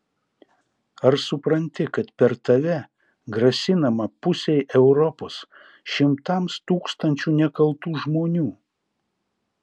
ar supranti kad per tave grasinama pusei europos šimtams tūkstančių nekaltų žmonių